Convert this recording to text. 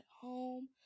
home